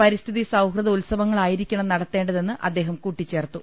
പരിസ്ഥിതി സൌഹൃദ ഉത്സവങ്ങളായിരിക്കണം നടത്തേണ്ടതെന്ന് അദ്ദേഹം കൂട്ടിച്ചേർത്തു